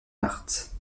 marthe